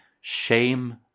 shame